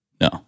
no